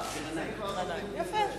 יפה.